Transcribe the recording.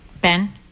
Ben